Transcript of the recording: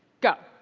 go.